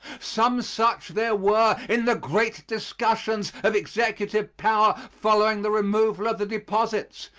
some such there were in the great discussions of executive power following the removal of the deposits,